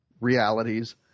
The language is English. realities